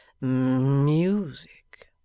Music